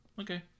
okay